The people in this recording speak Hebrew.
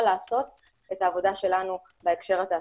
לעשות את העבודה שלנו בהקשר התעסוקתי.